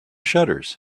shutters